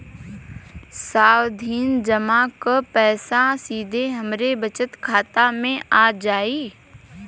सावधि जमा क पैसा सीधे हमरे बचत खाता मे आ जाई?